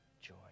joy